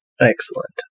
Excellent